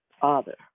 Father